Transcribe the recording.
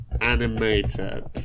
animated